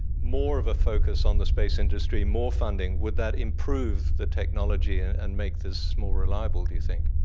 more of a focus on the space industry, more funding, would that improve the technology and make this more reliable, do you think?